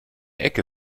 ecke